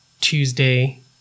tuesday